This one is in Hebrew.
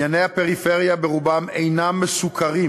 ענייני הפריפריה ברובם אינם מסוקרים